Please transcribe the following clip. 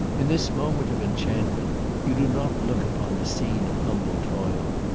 in this moment of enchantment you do not look upon the scene of humble toil,